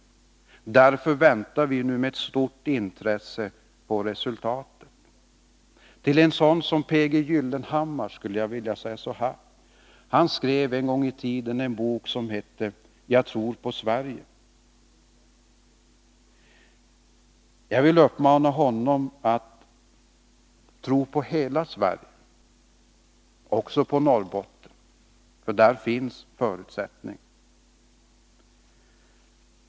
Därför väntar vi med stort intresse på resultatet. P. G. Gyllenhammar har ju skrivit en bok som heter Jag tror på Sverige. Jag vill uppmana honom att tro på hela Sverige — också på Norrbotten, för där finns det förutsättningar.